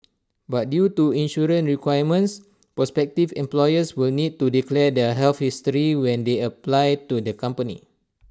but due to insurance requirements prospective employees will need to declare their health history when they apply to the company